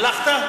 הלכת?